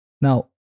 Now